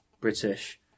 British